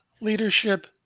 leadership